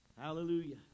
hallelujah